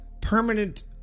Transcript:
permanent